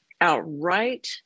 outright